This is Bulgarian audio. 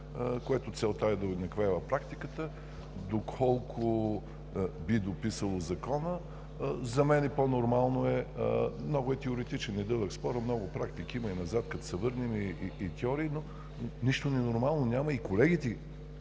което е да уеднаквява практиката, доколко би дописало Закона? За мен е по-нормално, много е теоретичен и дълъг спорът. Много практики и теории има, като се върнем назад, но нищо ненормално няма и колегите,